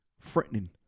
threatening